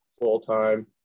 full-time